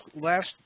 last